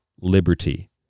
liberty